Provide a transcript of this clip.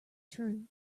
true